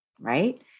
Right